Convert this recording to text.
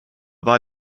war